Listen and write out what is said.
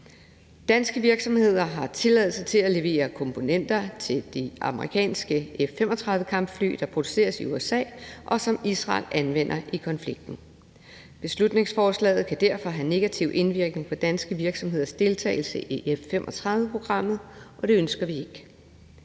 Danske virksomheder har tilladelse til at levere komponenter til de amerikanske F-35-kampfly, der produceres i USA, og som Israel anvender i konflikten. Beslutningsforslaget kan derfor have negativ indvirkning på danske virksomheders deltagelse i F-35-programmet, og det ønsker vi ikke.